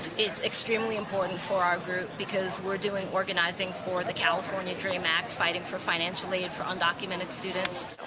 it's extremely important for our group because we're doing, organizing for the california dream act fighting for financial aid for undocumented students.